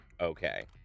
Okay